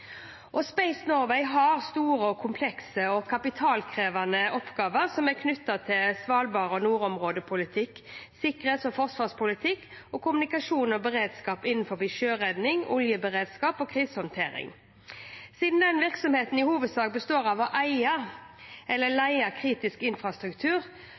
Space Norway har store, komplekse og kapitalkrevende oppgaver som er knyttet til Svalbard og nordområdepolitikk, sikkerhets- og forsvarspolitikk og kommunikasjon og beredskap innenfor sjøredning, oljeberedskap og krisehåndtering. Siden virksomheten i hovedsak består av å eie eller leie kritisk infrastruktur